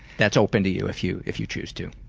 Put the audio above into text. that's open to you if you if you choose to.